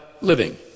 living